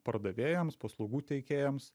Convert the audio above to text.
pardavėjams paslaugų teikėjams